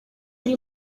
ari